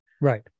Right